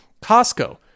Costco